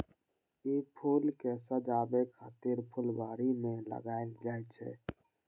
ई फूल कें सजाबै खातिर फुलबाड़ी मे लगाएल जाइ छै